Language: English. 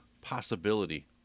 possibility